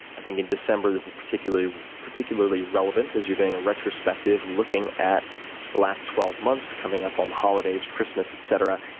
i think, in december, this is particularly particularly relevant as you're doing a retrospective looking at the last twelve months, coming up on the holidays, christmas, etc,